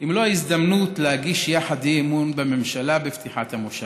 אם לא ההזדמנות להגיש יחד אי-אמון בממשלה בפתיחת המושב?